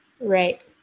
Right